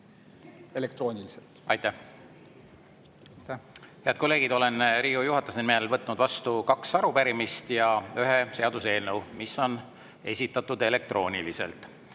Aitäh! Head kolleegid! Olen Riigikogu juhatuse nimel võtnud vastu kaks arupärimist ja ühe seaduseelnõu, mis on esitatud elektrooniliselt.